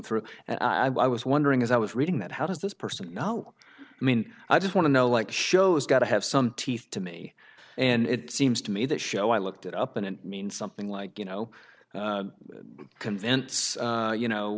through and i was wondering as i was reading that how does this person know i mean i just want to know like shows got to have some teeth to me and it seems to me that show i looked it up and it means something like you know convince you know